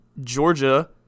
Georgia